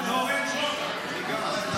בבקשה.